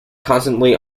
constantly